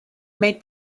made